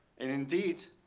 and indeed,